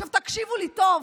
עכשיו, תקשיבו לי טוב,